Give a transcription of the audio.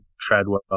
Treadwell